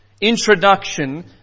introduction